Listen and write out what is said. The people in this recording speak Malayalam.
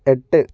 എട്ട്